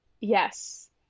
Yes